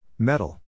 Metal